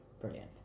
brilliant